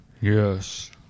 Yes